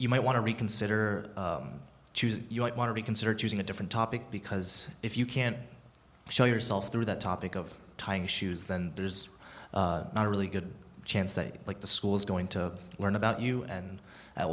you might want to reconsider choosing you don't want to be considered using a different topic because if you can't show yourself through that topic of tying shoes then there's not a really good chance that like the school is going to learn about you and